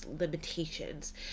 limitations